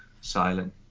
silent